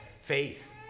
faith